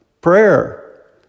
Prayer